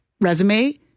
resume